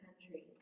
country